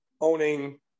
owning